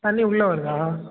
தண்ணி உள்ளே வருதா